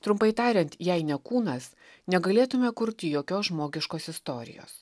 trumpai tariant jei ne kūnas negalėtume kurti jokios žmogiškos istorijos